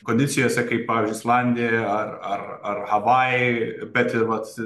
kondicijose kaip pavyzdžiui islandija ar ar ar havajai bet ir vat